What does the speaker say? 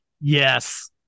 Yes